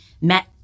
met